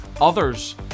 others